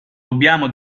dobbiamo